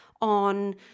on